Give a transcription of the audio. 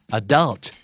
adult